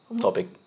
topic